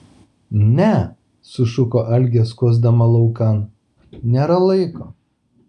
ne sušuko algė skuosdama laukan nėra laiko